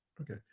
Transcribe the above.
Okay